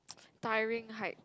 tiring hike